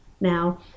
now